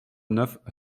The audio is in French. neuf